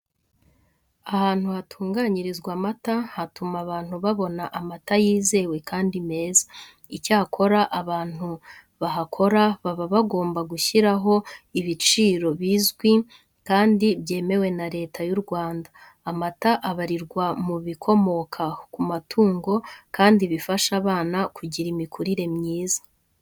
Ahantu hatunganyirizwa amata hatuma abantu babona amata yizewe kandi meza. Icyakora abantu bahakora baba bagomba gushyiraho ibiciro bizwi kandi byemewe na Leta y'u Rwanda. Amata abarirwa mu bikomoka ku matungo kandi bifasha abana kugira imikurire myiza.